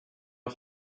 are